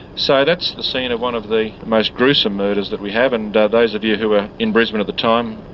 so that's the scene of one of the most gruesome murders that we have, and those of you who were in brisbane at the time,